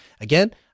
Again